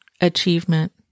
achievement